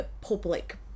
public